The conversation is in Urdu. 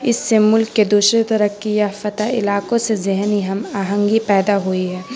اس سے ملک کے دوسرے ترقی یا فتہ علاقوں سے ذہنی ہم آہنگی پیدا ہوئی ہے